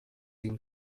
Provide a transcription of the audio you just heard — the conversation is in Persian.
این